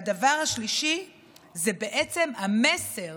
והדבר השלישי זה המסר